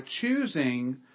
choosing